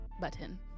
Button